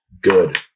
good